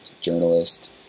journalist